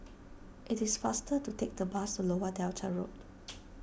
it is faster to take the bus to Lower Delta Road